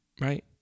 right